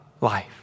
life